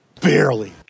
Barely